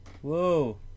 Whoa